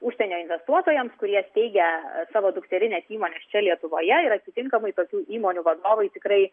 užsienio investuotojams kurie steigia savo dukterines įmones čia lietuvoje ir atitinkamai tokių įmonių vadovai tikrai